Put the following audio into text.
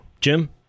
Jim